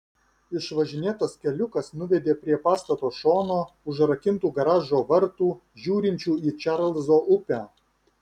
išvažinėtas keliukas nuvedė prie pastato šono užrakintų garažo vartų žiūrinčių į čarlzo upę